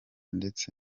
ndetse